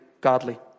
godly